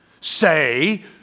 say